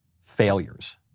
failures